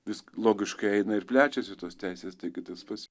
vis logiškai eina ir plečiasi tos teisės taigi tas pats